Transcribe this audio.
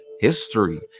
history